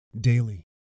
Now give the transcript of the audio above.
daily